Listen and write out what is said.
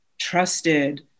trusted